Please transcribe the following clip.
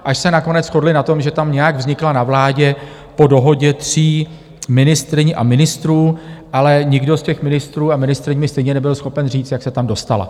Až se nakonec shodli na tom, že tam nějak vznikla na vládě po dohodě tří ministryň a ministrů, ale nikdo z těch ministrů a ministryň mi stejně nebyl schopen říct, jak se tam dostala.